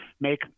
make